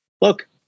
look